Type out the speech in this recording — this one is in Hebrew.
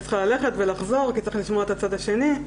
צריכה ללכת ולחזור כי צריך לשמוע את הצד השני.